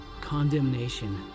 condemnation